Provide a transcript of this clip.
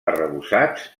arrebossats